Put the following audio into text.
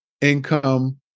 income